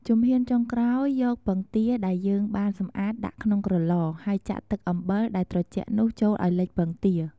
ជំហានចុងក្រោយ យកពងទាដែលយើងបានសម្អាតដាក់ក្នុងក្រឡ ហើយចាក់ទឹកអំបិលដែលត្រជាក់នោះចូលឱ្យលិចពងទា។